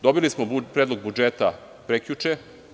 Dobili smo Predlog budžeta prekjuče.